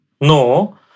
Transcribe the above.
No